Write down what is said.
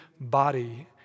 body